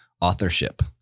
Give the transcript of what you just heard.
authorship